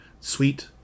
Sweet